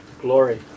Glory